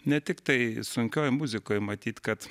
ne tiktai sunkiojoj muzikoj matyt kad